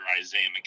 Isaiah